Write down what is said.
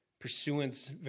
pursuance